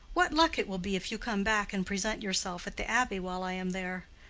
what luck it will be if you come back and present yourself at the abbey while i am there!